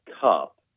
cup